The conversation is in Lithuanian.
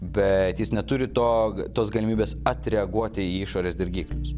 bet jis neturi to tos galimybės atreaguot į išorės dirgiklius